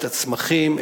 את הצמחים,